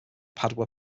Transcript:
padua